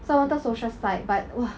so I wanted social psych but !wah!